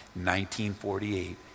1948